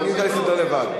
אני יודע להסתדר לבד.